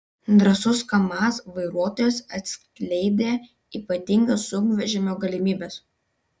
drąsus kamaz vairuotojas atskleidė ypatingas sunkvežimio galimybes